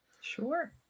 Sure